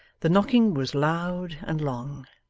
the knocking was loud and long,